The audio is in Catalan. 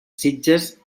sitges